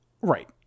Right